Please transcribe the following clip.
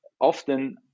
Often